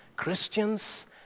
Christians